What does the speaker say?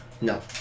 No